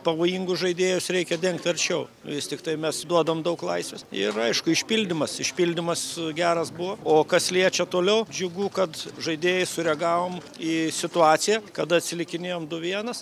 pavojingus žaidėjus reikia dengt arčiau vis tiktai mes duodam daug laisvės ir aišku išpildymas išpildymas geras buvo o kas liečia toliau džiugu kad žaidėjai sureagavom į situaciją kada atsilikinėjom du vienas